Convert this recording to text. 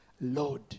Lord